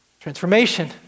transformation